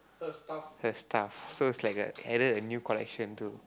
her stuff so he's like added a new collection to